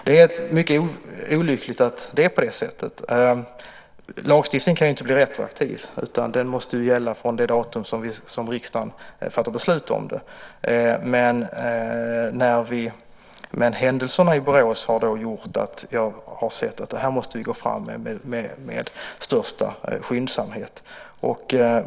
Det är mycket olyckligt att det är på det sättet. Lagstiftningen kan inte bli retroaktiv, utan den måste gälla från det datum som riksdagen fattar beslut om den. Men händelserna i Borås har gjort att jag har sett att här måste vi gå fram med största skyndsamhet.